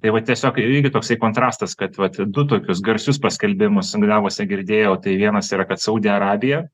tai va tiesiog ir irgi toksai kontrastas kad vat du tokius garsius paskelbimus sanginavose girdėjau tai vienas yra kad saudi arabija